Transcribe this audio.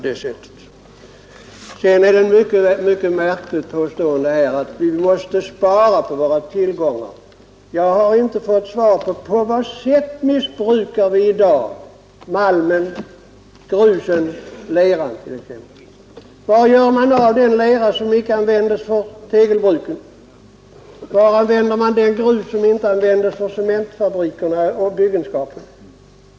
Det är ett mycket märkligt påstående att vi måste spara på våra tillgångar. Jag har inte fått svar på min fråga på vilket sätt vi i dag missbrukar malmen, gruset, leran etc. Var gör man av den lera som inte används för tegelbruken? Vartill använder man det grus som inte används av cementfabrikerna och byggenskapen?